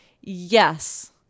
Yes